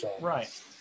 Right